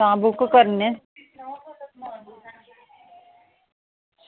तां बुक करने आं